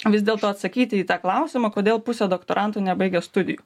vis dėlto atsakyti į tą klausimą kodėl pusė doktorantų nebaigia studijų